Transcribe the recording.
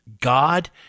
God